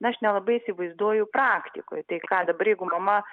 na aš nelabai įsivaizduoju praktikoj tai ką dabar jeigu mama